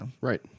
Right